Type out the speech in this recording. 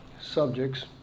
subjects